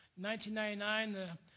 1999